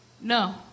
no